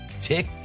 tick